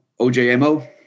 OJMO